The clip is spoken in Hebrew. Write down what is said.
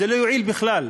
זה לא יועיל בכלל,